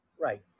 right